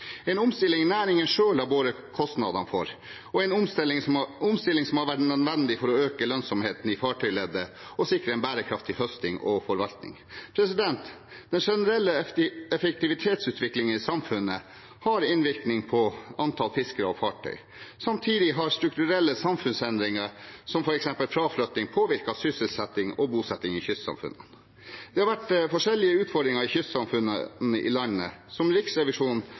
en omstilling næringen selv har båret kostnadene for, og en omstilling som har vært nødvendig for å øke lønnsomheten i fartøyleddet og sikre en bærekraftig høsting og forvaltning. Den generelle effektivitetsutviklingen i samfunnet har innvirkning på antall fiskere og fartøy. Samtidig har strukturelle samfunnsendringer, som f.eks. fraflytting, påvirket sysselsettingen og bosettingen i kystsamfunnene. Det har vært forskjellige utfordringer i kystsamfunnene i landet. Som Riksrevisjonen